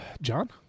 John